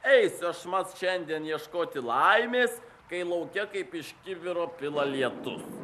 eisiu aš mat šiandien ieškoti laimės kai lauke kaip iš kibiro pila lietus